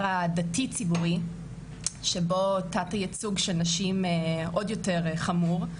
הדתי ציבורי שבו תת הייצוג של נשים עוד יותר חמור,